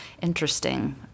interesting